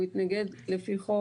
הוא התנגד לפי חוק.